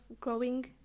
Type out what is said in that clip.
growing